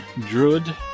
druid